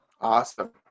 Awesome